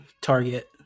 Target